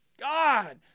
god